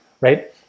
right